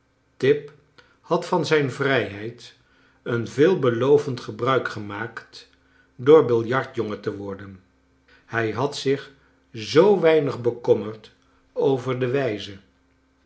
tip had van zijn vrijheid een veelbelovend gebruik gemaakt door biljartjongen te worden hij had zich zoo weinig bekommerd over de wijze